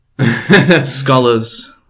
scholars